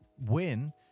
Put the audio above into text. win